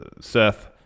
Seth